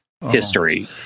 history